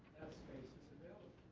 space is available.